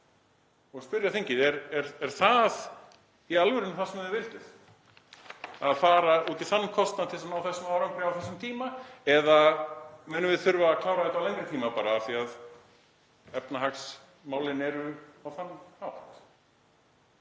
spyrji þingið: Er það í alvörunni það sem þið vilduð, að fara út í þann kostnað til þess að ná þessum árangri á þessum tíma eða munum við þurfa að klára þetta á lengri tíma, af því að efnahagsmálin eru þannig?